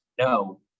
no